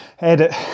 edit